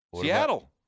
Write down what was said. Seattle